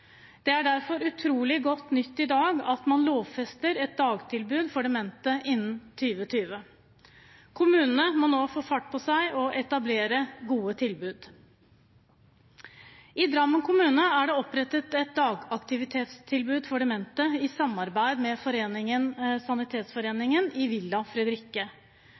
Det er derfor utrolig godt nytt i dag at man lovfester et dagtilbud for demente innen 2020. Kommunene må nå få fart på seg og etablere gode tilbud. I Drammen kommune er det i samarbeid med Sanitetsforeningen opprettet et dagaktivitetstilbud for demente i Villa Fredrikke. Ordføreren i